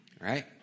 right